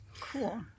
Cool